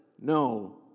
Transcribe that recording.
no